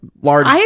large